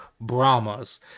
Brahmas